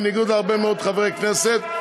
בניגוד להרבה מאוד חברי כנסת,